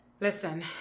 listen